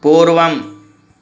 पूर्वम्